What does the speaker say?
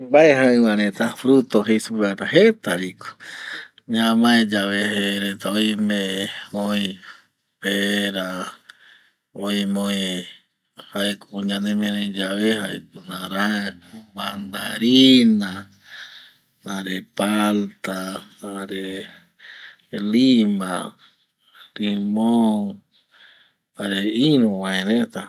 Mbae jaɨ va reta fruto jei supe va reta jeta vi ko ñamae yave je oime oi pera, oime oi jaeko ñanemiari yave jaeko naranja, mandarina jare palta jare lima, limon jare iru vae reta